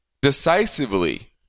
decisively